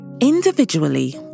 Individually